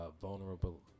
vulnerable